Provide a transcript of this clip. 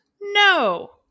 No